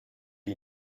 die